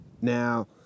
Now